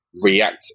react